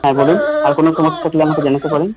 হ্যাঁ বলুন আর কোনও সমস্যা থাকলে আমাকে জানাতে পারেন